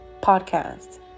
podcast